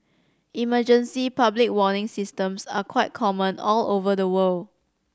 emergency public warning systems are quite common all over the world